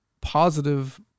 positive